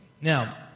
Now